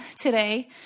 today